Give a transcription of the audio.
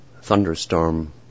thunderstorm